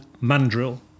Mandrill